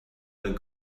that